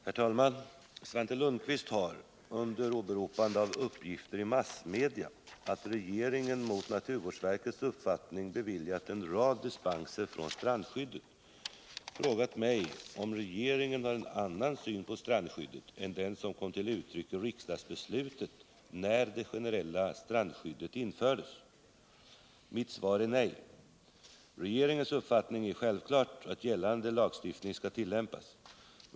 Herr talman! Svante Lundkvist har — under åberopande av uppgifter i massmedia att regeringen mot naturvårdsverkets uppfattning beviljat en rad dispenser från strandskyddet — frågat mig om regeringen har en annan syn på strandskyddet än den som kom till uttryck i riksdagsbeslutet när det generella strandskyddet infördes. Mitt svar är nej. Regeringens uppfattning är självklart att gällande lagstiftning skall tillämpas.